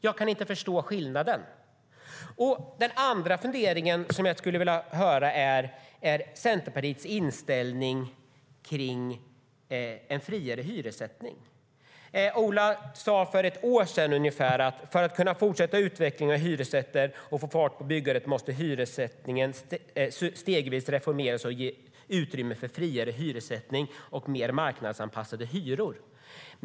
Jag kan inte förstå skillnaden. Den andra funderingen gäller Centerpartiets inställning till en friare hyressättning. Ola sa för ungefär ett år sedan att för att kunna fortsätta utvecklingen av hyresrätten och få fart på byggandet måste hyressättningen stegvis reformeras och utrymme ges för friare hyressättning och mer marknadsanpassade hyror.